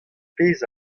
pezh